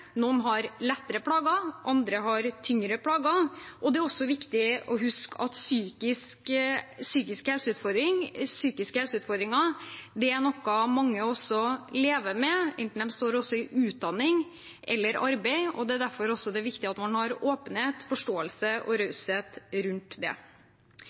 Noen har lettere plager, andre har tyngre plager. Det er også viktig å huske at psykiske helseutfordringer er noe mange lever med, enten de står i utdanning eller arbeid, og derfor er det også viktig at man har åpenhet, forståelse og raushet rundt det.